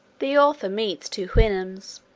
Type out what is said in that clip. the author meets two houyhnhnms.